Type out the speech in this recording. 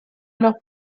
alors